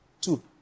Two